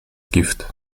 gift